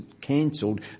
cancelled